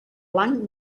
blanc